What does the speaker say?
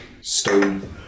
stone